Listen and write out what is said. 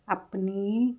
ਆਪਣੀ